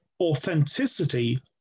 authenticity